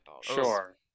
Sure